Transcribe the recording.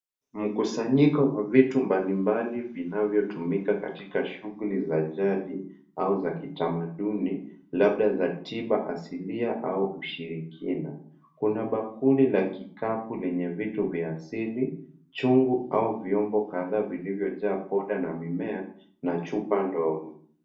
Mkusanyiko wa vitu mbalimbali vinavyotumika katika shughuli za jadi au za kitamaduni labda za tiba asilia au ushirikina. Kuna bakuli la kikapu lenye vitu vya asili, chungu au vyombo kadhaa vilivyojaa poda na mimea na chupa ndogo.